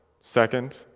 Second